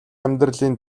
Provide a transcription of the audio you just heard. амьдралын